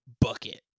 bucket